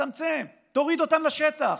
צמצם, תוריד אותם לשטח,